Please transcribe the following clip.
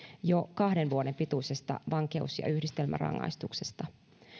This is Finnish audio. jo kahden vuoden pituisesta vankeus ja yhdistelmärangaistuksesta